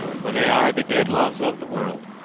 for they are the dead loves of the world.